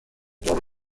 por